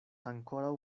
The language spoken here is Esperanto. ankoraŭ